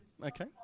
Okay